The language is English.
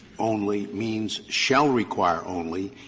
only means shall require only?